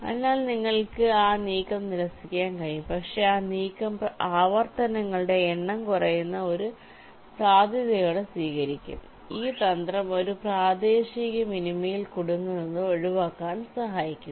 അതിനാൽ നിങ്ങൾക്ക് ആ നീക്കം നിരസിക്കാൻ കഴിയും പക്ഷേ ആ നീക്കം ആവർത്തനങ്ങളുടെ എണ്ണം കുറയുന്ന ഒരു സാധ്യതയോടെ സ്വീകരിക്കും ഈ തന്ത്രം ഒരു പ്രാദേശിക മിനിമയിൽ കുടുങ്ങുന്നത് ഒഴിവാക്കാൻ സഹായിക്കുന്നു